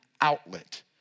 outlet